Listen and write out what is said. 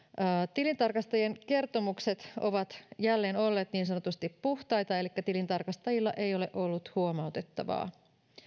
tilintarkastajien kertomukset ovat jälleen olleet niin sanotusti puhtaita elikkä tilintarkastajilla ei ole ollut huomautettavaa